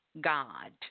God